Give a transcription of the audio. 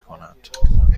کند